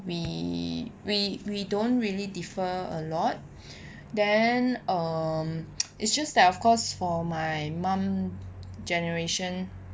we we we don't really differ a lot then um it's just that of course for my mum generation